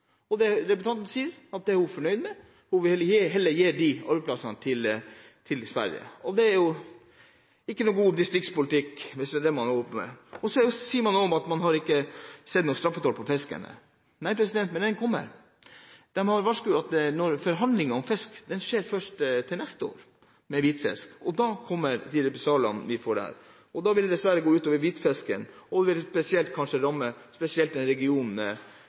arbeidsplasser. Det representanten sier, er at det er hun fornøyd med – hun vil heller gi de arbeidsplassene til Sverige, og det er jo ikke noen god distriktspolitikk, hvis det er det man holder på med. Så sier man noe om at man ikke har sett noen straffetoll på fisken. Nei, men den kommer. Det er varslet at forhandlinger om hvitfisk skjer først til neste år, og da kommer de represaliene vi får her. Da vil det dessverre gå ut over hvitfisken, og det vil kanskje spesielt ramme den regionen